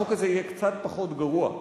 החוק הזה יהיה קצת פחות גרוע.